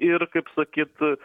ir kaip sakyt